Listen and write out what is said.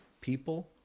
People